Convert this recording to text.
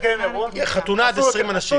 חתונה עד 20 אנשים.